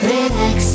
Relax